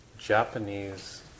Japanese